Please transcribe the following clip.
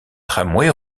tramway